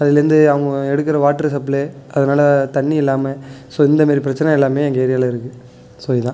அதுலேருந்து அவங்க எடுக்கிற வாட்டரு சப்ளை அதனால் தண்ணி இல்லாமல் ஸோ இந்த மாரி பிரச்சனை எல்லாமே எங்கள் ஏரியாவில இருக்குது ஸோ இதுதான்